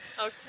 Okay